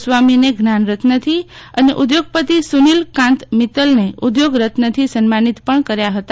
સ્વામીને જ્ઞાનરત્નથી અને ઉઘોગપતિ સુનીલ કાન્ત મિત્તલને ઉઘોગ રત્નથી સન્માનિત પણ કર્યા હતા